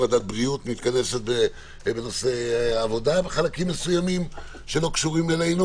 ועדת הבריאות מתכנסת בנושאי עבודה בחלקים מסוימים שלא קשורים אלינו